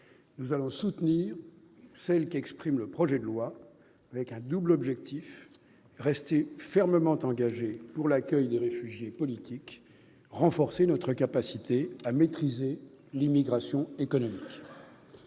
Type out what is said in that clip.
nous soutiendrons celle qui est portée dans ce texte, avec un double objectif : rester fermement engagés pour l'accueil des réfugiés politiques et renforcer notre capacité à maîtriser l'immigration économique.